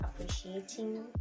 appreciating